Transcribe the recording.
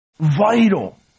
vital